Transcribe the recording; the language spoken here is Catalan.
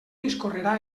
discorrerà